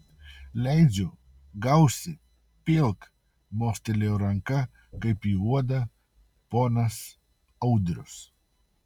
leidžiu gausi pilk mostelėjo ranka kaip į uodą ponas audrius